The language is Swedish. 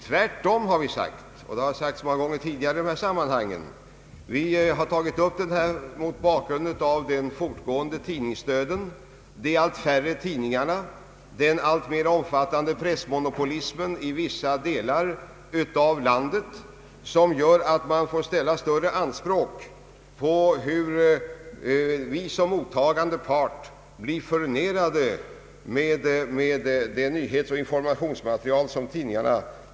Tvärtom har vi sagt — och det har sagts många gånger tidigare i detta sammanhang — att vi tagit upp detta mot bakgrund av den fortgående tidningsdöden och den alltmera omfattande pressmonopolismen i vissa delar av landet, som gör att man får ställa större anspråk på hur vi som mottagande part blir furnerade med nyheter och informationsmaterial från tidningarna.